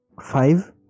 Five